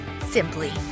Simply